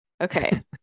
Okay